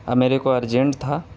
اب میرے کو ارجینٹ تھا